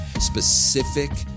specific